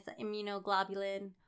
immunoglobulin